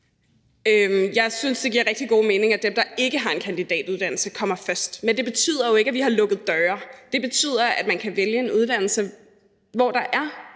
Jeg synes, at det giver rigtig god mening, at dem, der ikke har en kandidatuddannelse, kommer først, men det betyder jo ikke, at vi har lukket døre. Det betyder, at man kan vælge en uddannelse, hvor der er